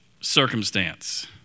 circumstance